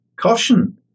caution